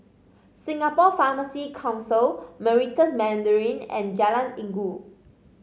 Singapore Pharmacy Council Meritus Mandarin and Jalan Inggu